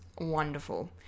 wonderful